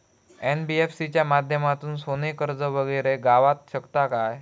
NBFC च्या माध्यमातून सोने कर्ज वगैरे गावात शकता काय?